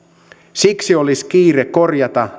siksi olisi kiire korjata